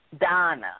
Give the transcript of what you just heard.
Donna